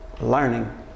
learning